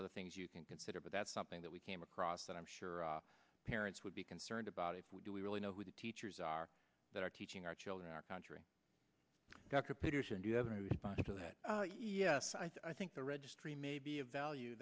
other things you can consider but that's something that we came across that i'm sure parents would be concerned about if we do we really know who the teachers are that are teaching our children our country dr peters and you haven't responded to that yes i think the registry may be of value